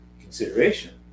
consideration